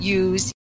use